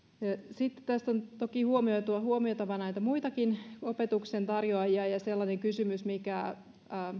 sitten on toki huomioitava näitä muitakin opetuksen tarjoajia ja sellainen kysymys mikä